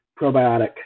probiotic